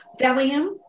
Valium